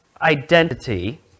identity